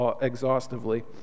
exhaustively